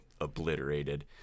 obliterated